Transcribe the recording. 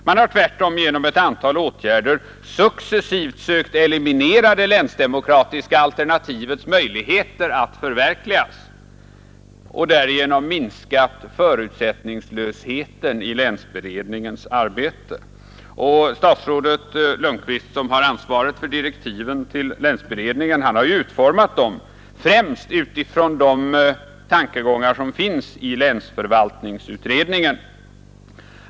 Man har tvärtom genom ett antal åtgärder successivt sökt eliminera det länsdemokratiska alternativets möjligheter att förverkligas och därigenom minskat förutsättningslösheten i länsberedningens arbete. Statsrådet Lundkvist, som har ansvaret för direktiven till länsberedningen, har ju utformat dem främst utifrån de tankegångar som finns i länsförvaltningsutredningen.